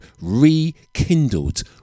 rekindled